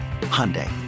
Hyundai